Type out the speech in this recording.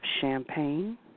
champagne